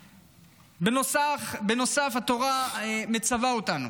בנוסף, התורה מצווה אותנו